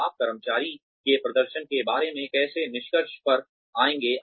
आप कर्मचारी के प्रदर्शन के बारे में कैसे निष्कर्ष पर आएँगे